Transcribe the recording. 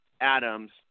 Adams